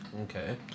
Okay